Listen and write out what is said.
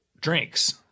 drinks